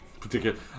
particular